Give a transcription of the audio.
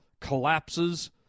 collapses